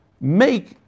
make